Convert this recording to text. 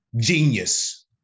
genius